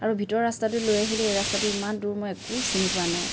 আৰু ভিতৰৰ ৰাস্তাটোত লৈ আহিলে এই ৰাস্তাটো ইমান দূৰ মই একো চিনি পোৱা নাই